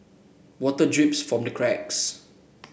water drips from the cracks